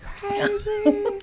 crazy